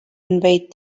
invade